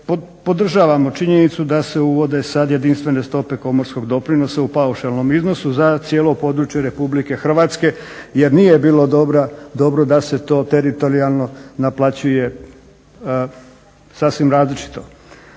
Podržavamo činjenicu da se uvode sad jedinstvene stope komorskog doprinosa u paušalnom iznosu za cijelo područje Republike Hrvatske jer nije bilo dobro da se to teritorijalno naplaćuje sasvim različito.